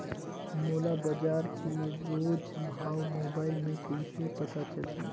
मोला बजार के रोज भाव मोबाइल मे कइसे पता चलही?